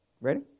Ready